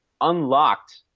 unlocked